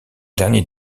dernier